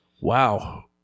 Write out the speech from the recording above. Wow